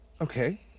Okay